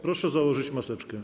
Proszę założyć maseczkę.